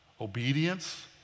Obedience